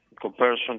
comparison